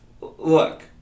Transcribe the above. look